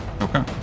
Okay